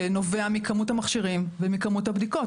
שינבע מכמות המכשירים ומכמות הבדיקות.